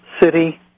city